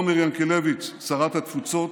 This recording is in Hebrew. עומר ינקלביץ' שרת התפוצות,